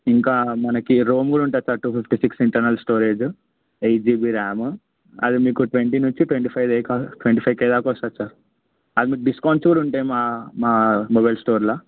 ఇంకా మనకు రోమ్ కూడా ఉంటుంది sir two fifty six internal storage eight GB RAM అది మీకు ట్వంటీ నుంచి ట్వంటీ ఫైవ్ దేక ట్వంటీ ఫైవ్ కే దాక వస్తుంది సార్ అది మీకు డిస్కౌంట్స్ కూడా ఉంటాయి మా మా మొబైల్ స్టోర్లో